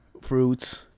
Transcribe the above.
fruits